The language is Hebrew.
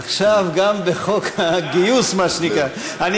עכשיו גם בחוק הגיוס, מה שנקרא, בוודאי.